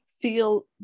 feel